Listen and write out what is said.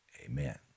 Amen